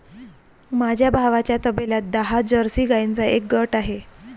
माझ्या भावाच्या तबेल्यात दहा जर्सी गाईंचा एक गट आहे